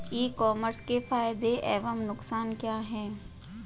ई commerce के फायदे एवं नुकसान क्या हैं?